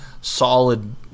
solid